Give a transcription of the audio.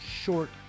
short